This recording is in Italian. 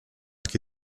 che